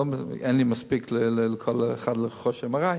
אין לי מספיק כדי לתת לכל אחד לרכוש MRI,